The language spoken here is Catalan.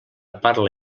parla